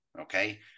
Okay